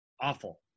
awful